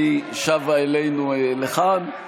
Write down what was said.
והיא שבה אלינו לכאן.